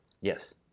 Yes